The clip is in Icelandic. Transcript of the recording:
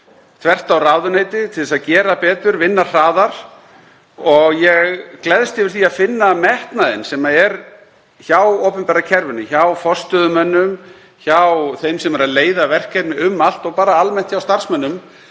þvert á ráðuneyti til að gera betur, vinna hraðar og ég gleðst yfir því að finna metnaðinn sem er hjá opinbera kerfinu, hjá forstöðumönnum, hjá þeim sem eru að leiða verkefni um allt og bara almennt hjá starfsmönnum,